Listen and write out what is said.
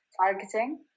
targeting